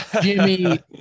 Jimmy